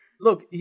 look